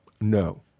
No